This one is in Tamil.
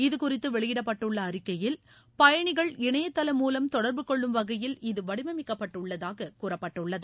இதுகுறித்து வெளியிடப்பட்டுள்ள அறிக்கையில் பயணிகள் இணையதளம் மூலம் தொடர்பு கொள்ளும் வகையில் இது வடிவமைக்கப்பட்டுள்ளதாக கூறப்பட்டுள்ளது